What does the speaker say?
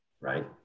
right